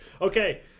Okay